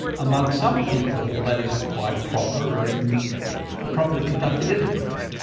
among some people that is a quite proper and properly conducted enterprise.